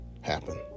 happen